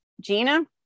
Gina